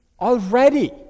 already